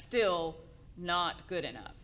still not good enough